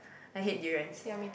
I hate durians